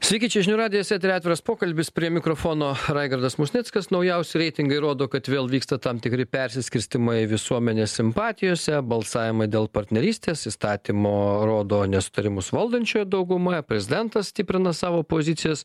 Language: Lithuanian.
sveiki čia žinių radijas eteryje atviras pokalbis prie mikrofono raigardas musnickas naujausi reitingai rodo kad vėl vyksta tam tikri persiskirstymai visuomenės simpatijose balsavimą dėl partnerystės įstatymo rodo nesutarimus valdančioje daugumoje prezidentas stiprina savo pozicijas